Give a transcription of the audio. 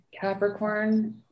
Capricorn